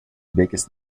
biggest